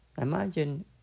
Imagine